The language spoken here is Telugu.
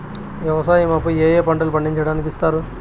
వ్యవసాయం అప్పు ఏ ఏ పంటలు పండించడానికి ఇస్తారు?